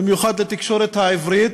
במיוחד לתקשורת העברית,